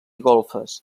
golfes